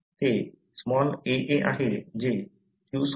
ते aa आहे जे q2